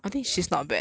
not bad ah